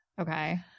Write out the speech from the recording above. Okay